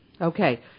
okay